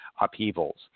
upheavals